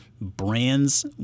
brands